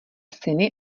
syny